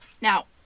Now